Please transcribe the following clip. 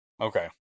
Okay